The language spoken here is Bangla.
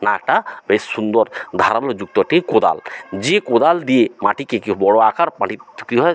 না একটা বেশ সুন্দর ধারালোযুক্ত একটি কোদাল যে কোদাল দিয়ে মাটিকে কে বড়ো আকার মাটিটা কী হয়